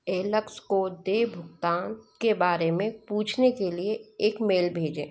LX को देय भुगतान के बारे में पूछने के लिए एक मेल भेजें